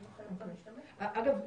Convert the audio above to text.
אגב,